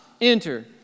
enter